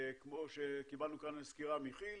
כמו שקיבלנו כאן סקירה מכיל,